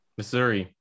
Missouri